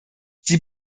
sie